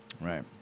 right